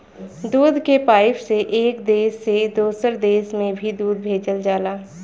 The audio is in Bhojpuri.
दूध के पाइप से एक देश से दोसर देश में भी दूध भेजल जाला